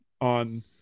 on